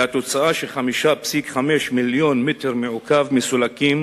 והתוצאה היא ש-5.5 מיליוני מטרים מעוקבים מסולקים